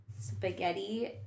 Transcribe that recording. spaghetti